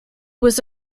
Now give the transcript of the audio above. was